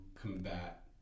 combat